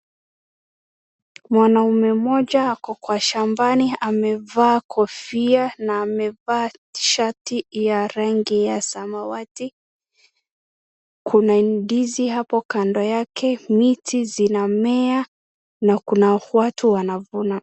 Mwanaume mmoja ako kwa shambani amevaa na amevaa shati ya rangi ya samawati. Kuna ndizi hapo kando yake miti zinamea na kuna watu wanavuna.